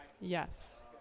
Yes